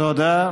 תודה.